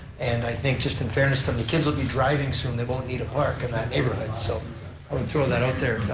and i think just in fairness, the kids will be driving soon, they won't need a park in that neighborhood, so i would throw that out there,